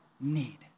need